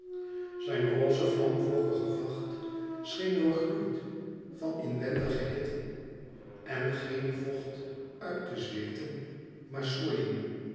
zijn rosse vlamvlokkige vacht scheen doorgloeid van inwendige hitte en geen vocht uit te zweeten